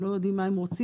הם לא יודעים מה הם רוצים,